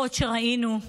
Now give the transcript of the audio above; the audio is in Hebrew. המראות שראינו.